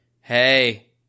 hey